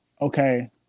Okay